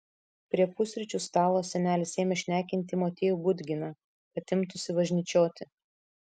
prie pusryčių stalo senelis ėmė šnekinti motiejų budginą kad imtųsi važnyčioti